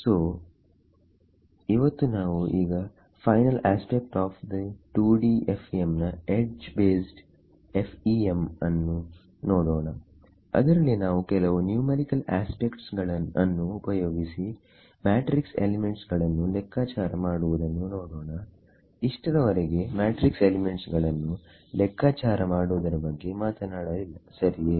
so ಇವತ್ತು ನಾವು ಈಗ final aspect of the 2D FEM ನ ಎಡ್ಜ್ ಬೇಸ್ಡ್ FEM ನ್ನು ನೋಡೋಣ ಅದರಲ್ಲಿ ನಾವು ಕೆಲವು ನ್ಯೂಮೆರಿಕಲ್ ಆಸ್ಪೆಕ್ಟ್ಸ್ ಅನ್ನು ಉಪಯೋಗಿಸಿ ಮ್ಯಾಟ್ರಿಕ್ಸ್ ಎಲಿಮೆಂಟ್ಸ್ ಗಳನ್ನು ಲೆಕ್ಕಾಚಾರ ಮಾಡುವುದನ್ನು ನೋಡೋಣ ಇಷ್ಟರವರೆಗೆ ಮ್ಯಾಟ್ರಿಕ್ಸ್ ಎಲಿಮೆಂಟ್ಸ್ ಗಳನ್ನು ಲೆಕ್ಕಾಚಾರ ಮಾಡುವುದರ ಬಗ್ಗೆ ಮಾತನಾಡಲಿಲ್ಲ ಸರಿಯೇ